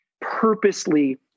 purposely